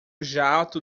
jato